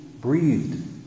breathed